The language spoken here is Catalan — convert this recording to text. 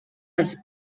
dels